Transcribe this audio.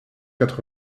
quatre